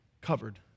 covered